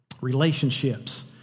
relationships